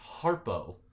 Harpo